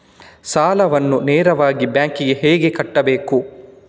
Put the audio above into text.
ಸಾಲವನ್ನು ನೇರವಾಗಿ ಬ್ಯಾಂಕ್ ಗೆ ಹೇಗೆ ಕಟ್ಟಬೇಕು?